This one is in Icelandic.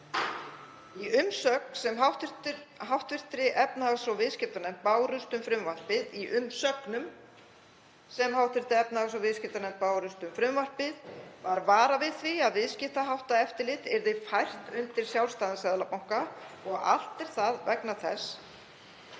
Í umsögnum sem hv. efnahags- og viðskiptanefnd bárust um frumvarpið var varað við því að viðskiptaháttaeftirlit yrði fært undir sjálfstæðan seðlabanka. Allt er það vegna þess